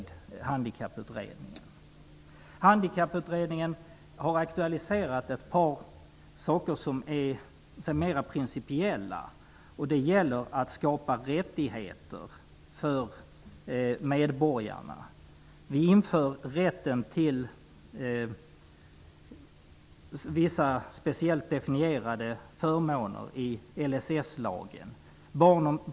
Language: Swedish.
Handikapputredningen har aktualiserat ett par saker som är mer principiella. Det gäller att skapa rättigheter för medborgarna. Vi inför rätten till vissa speciellt definierade förmåner i LSS-lagen.